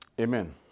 Amen